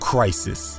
Crisis